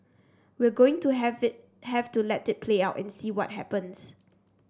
we're going to have be have to let it play out and see what happens